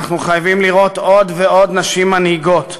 אנחנו חייבים לראות עוד ועוד נשים מנהיגות.